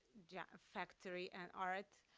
yeah factory and art,